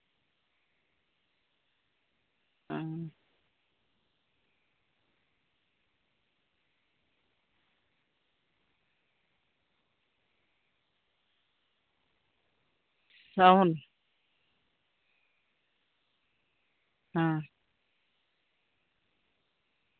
ᱥᱨᱟᱵᱚᱱ